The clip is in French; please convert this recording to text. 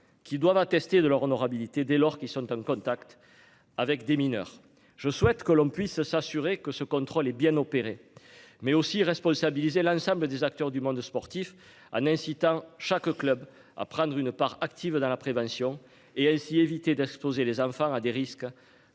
Qui doivent attester de leur honorabilité dès lors qu'ils sont en contact avec des mineurs. Je souhaite que l'on puisse s'assurer que ce contrôle hé bien opéré mais aussi responsabiliser l'ensemble des acteurs du monde sportif en incitant chaque club à prendre une part active dans la prévention et ainsi éviter d'exposer les enfants à des risques